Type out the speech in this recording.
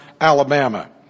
Alabama